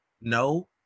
No